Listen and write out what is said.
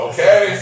Okay